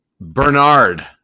Bernard